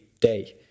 day